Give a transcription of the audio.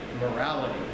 morality